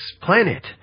planet